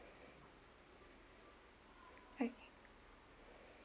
okay